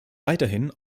weiterhin